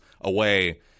away